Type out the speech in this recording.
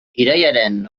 irailaren